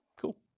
Cool